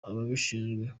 ababishinzwe